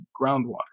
groundwater